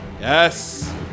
Yes